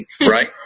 Right